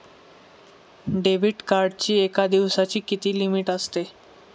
Debit कार्डची एका दिवसाची किती लिमिट असते?